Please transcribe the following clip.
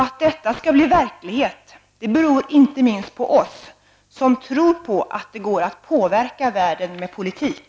Att detta skall bli verklighet beror inte minst på oss som tror på att det går att påverka världen med politik.